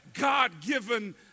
God-given